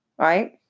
Right